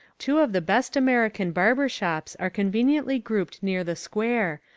two of the best american barber shops are conveniently grouped near the square,